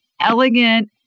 elegant